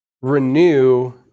Renew